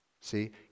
See